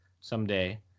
someday